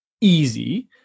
easy